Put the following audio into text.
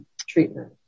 treatment